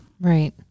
Right